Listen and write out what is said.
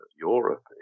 Europe